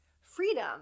freedom